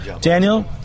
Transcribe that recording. Daniel